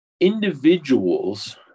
individuals